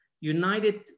united